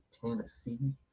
Tennessee